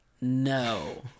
No